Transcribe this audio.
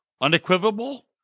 Unequivocal